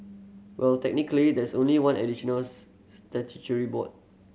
well technically there is only one additional statutory board